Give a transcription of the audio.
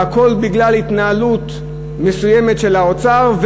והכול בגלל התנהלות מסוימת של האוצר,